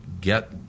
get